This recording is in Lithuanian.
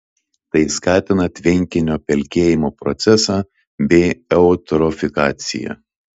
tai skatina tvenkinio pelkėjimo procesą bei eutrofikaciją